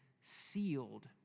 sealed